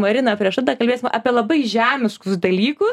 marina prieš laidą kalbėsim apie labai žemiškus dalykus